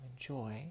enjoy